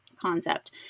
concept